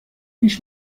پیش